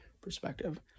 perspective